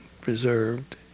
preserved